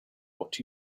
what